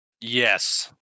Yes